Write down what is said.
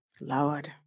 Lord